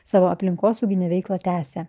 savo aplinkosauginę veiklą tęsia